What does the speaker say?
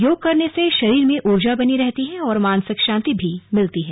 योग करने से शरीर में ऊर्जा बनी रहती है और मानसिक शांति भी मिलती है